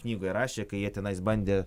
knygoje rašė kai jie tenais bandė